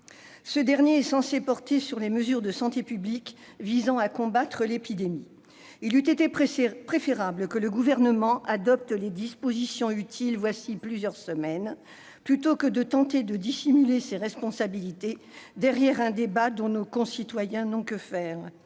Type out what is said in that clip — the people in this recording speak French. Celui-ci est censé porter sur les mesures de santé publique visant à combattre l'épidémie. Il eût été préférable que le Gouvernement adopte les dispositions utiles voilà plusieurs semaines, plutôt que de tenter de dissimuler ses responsabilités derrière un débat dont nos concitoyens n'ont que faire.